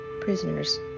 Prisoners